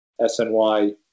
SNY